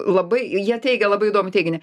labai jie teigia labai įdomų teiginį